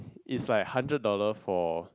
is like hundred dollar for